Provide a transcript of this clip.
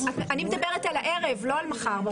אני מדברת על הערב, לא על מחר בבוקר.